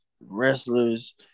wrestlers